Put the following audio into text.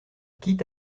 quitte